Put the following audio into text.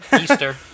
easter